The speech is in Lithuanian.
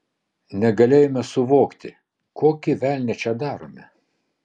negalėjome suvokti kokį velnią čia darome